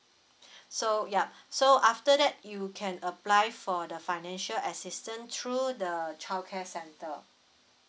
so yup so after that you can apply for the financial assistance through the the childcare centre